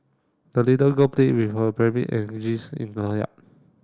the little girl played with her rabbit and in the yard